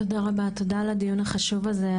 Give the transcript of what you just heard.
תודה רבה על הדיון החשוב הזה.